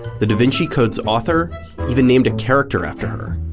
the da vinci code's author even named a character after her,